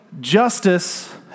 justice